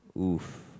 Oof